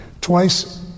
Twice